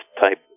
type